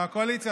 מהקואליציה,